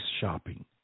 shopping